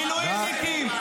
מילואימניקים,